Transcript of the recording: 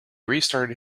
restarted